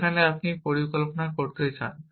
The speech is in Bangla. যেখানে আপনি পরিকল্পনা করতে চান